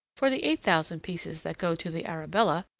for the eight thousand pieces that go to the arabella,